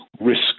risk